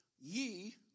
Ye